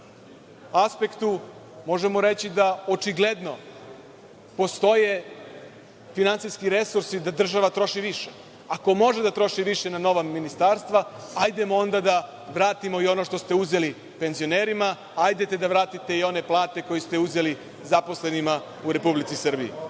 aspektu, možemo reći da očigledno postoje finansijski resursi gde država troši više. Ako može da troši više na nova ministarstva, hajde onda da vratimo i ono što ste uzeli penzionerima, hajde da vratite i one plate koje ste uzeli zaposlenima u Republici Srbiji. Takođe,